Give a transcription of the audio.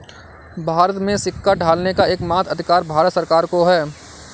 भारत में सिक्का ढालने का एकमात्र अधिकार भारत सरकार को है